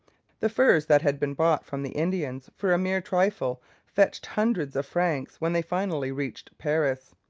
the furs that had been bought from the indian for a mere trifle fetched hundreds of francs when they finally reached paris.